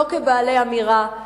לא כבעלי אמירה,